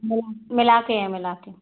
मिला कर मिला कर है मिला कर